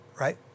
Right